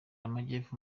amajyepfo